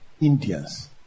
Indians